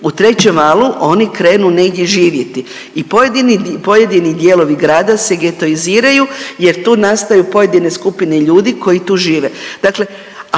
U trećem valu oni krenu negdje živjeti i pojedini dijelovi grada se getoiziraju, jer tu nastaju pojedine skupine ljudi koji tu žive.